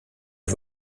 les